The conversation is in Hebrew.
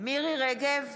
מירי מרים רגב,